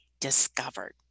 discovered